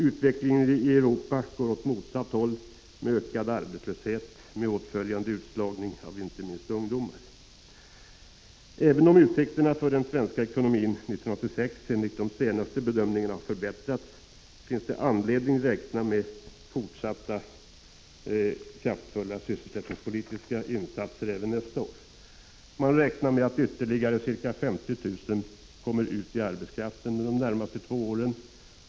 Utvecklingen i Europa går åt motsatt håll, med ökad arbetslöshet och åtföljande utslagning av inte minst ungdomarna. Även om utsikterna för den svenska ekonomin 1986 enligt de senaste bedömningarna har förbättrats, finns det anledning att räkna med fortsatta kraftfulla sysselsättningspolitiska insatser även nästa år. Man räknar med att ytterligare ca 50 000 personer kommer ut på arbetsmarknaden under de närmaste två åren.